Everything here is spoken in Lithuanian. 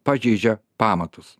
pažeidžia pamatus